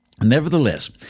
Nevertheless